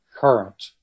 current